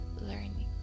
learning